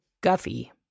Guffy